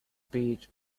peat